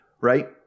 right